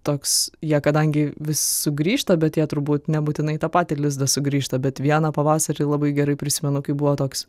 toks jie kadangi vis sugrįžta bet jie turbūt nebūtinai į tą patį lizdą sugrįžta bet vieną pavasarį labai gerai prisimenu kaip buvo toks